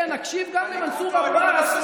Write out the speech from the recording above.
כן, נקשיב גם למנסור עבאס.